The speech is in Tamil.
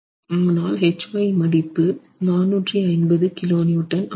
ஆனால் Hy மதிப்பு 450 kN ஆகும்